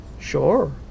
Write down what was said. Sure